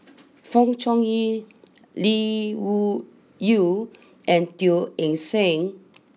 Fong Chong Yi Lee Wung Yew and Teo Eng Seng